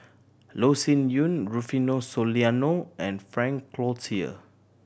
Loh Sin Yun Rufino Soliano and Frank Cloutier